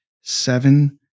seven